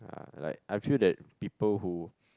like I feel that people who